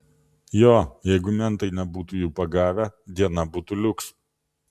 jo jeigu mentai nebūtų jų pagavę diena būtų liuks